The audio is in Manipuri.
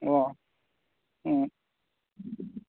ꯑꯣ ꯎꯝ